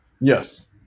Yes